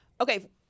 okay